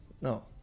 no